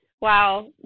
Wow